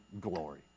glory